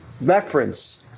reference